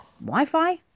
Wi-Fi